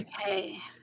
Okay